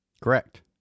Correct